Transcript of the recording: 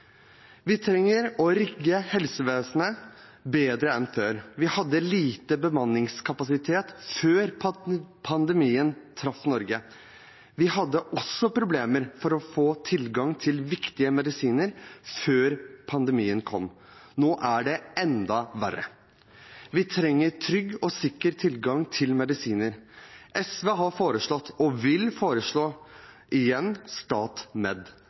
Vi trenger å rigge helsevesenet bedre enn før. Vi hadde lite bemanningskapasitet før pandemien traff Norge. Vi hadde også problemer med å få tilgang til viktige medisiner før pandemien kom. Nå er det enda verre. Vi trenger trygg og sikker tilgang til medisiner. SV har foreslått og vil igjen foreslå